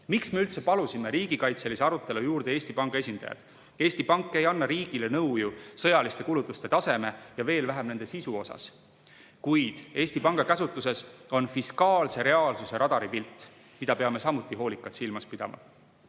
Miks me üldse palusime riigikaitselise arutelu juurde Eesti Panga esindajad? Eesti Pank ei anna ju riigile nõu sõjaliste kulutuste taseme, veel vähem nende sisu kohta. Kuid Eesti Panga käsutuses on fiskaalse reaalsuse radaripilt, mida peame samuti hoolikalt silmas pidama.